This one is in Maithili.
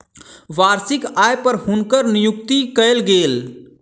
वार्षिक आय पर हुनकर नियुक्ति कयल गेल